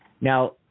Now